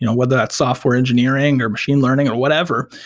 you know whether that's software engineering or machine learning or whatever,